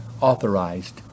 authorized